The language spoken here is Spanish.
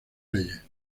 reyes